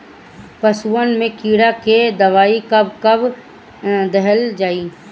पशुअन मैं कीड़ा के दवाई कब कब दिहल जाई?